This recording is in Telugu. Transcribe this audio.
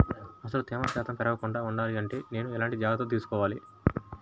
అసలు తేమ శాతం పెరగకుండా వుండాలి అంటే నేను ఎలాంటి జాగ్రత్తలు తీసుకోవాలి?